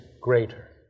greater